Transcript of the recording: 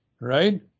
right